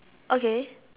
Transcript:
okay